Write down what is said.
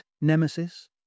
nemesis